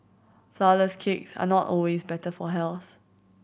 flourless cakes are not always better for health